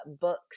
books